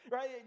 Right